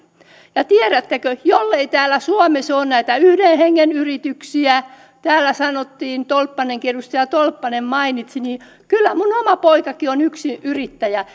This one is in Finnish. ja tiedättekö että jollei täällä suomessa ole näitä yhden hengen yrityksiä täällä edustaja tolppanenkin ne mainitsi ja kyllä minun oma poikanikin on yksinyrittäjä